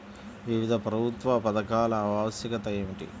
వివిధ ప్రభుత్వా పథకాల ఆవశ్యకత ఏమిటి?